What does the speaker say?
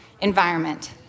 environment